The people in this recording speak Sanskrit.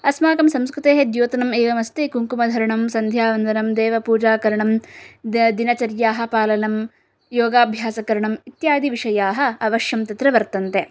अस्माकं संस्कृतेः द्योतनम् एवमस्ति कुङ्कुमधरणं सन्ध्यावन्दनं देवपूजाकरणं दिनचर्याः पालनं योगाभ्यासकरणम् इत्यादिविषयाः अवश्यं तत्र वर्तन्ते